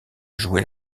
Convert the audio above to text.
jouer